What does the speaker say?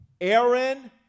Aaron